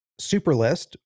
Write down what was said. Superlist